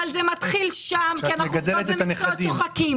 אבל זה מתחיל שם כי אנחנו כבר במקצועות שוחקים